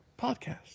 podcast